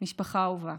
משפחה אהובה,